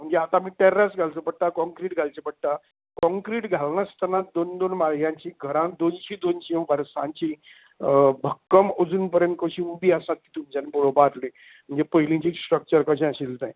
म्हणजे आता आमी टेर्रास घालचो पडटा काँक्रीट घालचें पडटा काँक्रिट घालना आशिल्लीं दोन दोन माळ्यांची घरां दोन दोनशीं वर्सांची भक्कम अजून कशी उबी आसात तीं तुमच्यानी पळोवपा जातली म्हणजे पयलीचें स्ट्रकचर कशें आशिल्लें तें